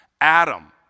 Adam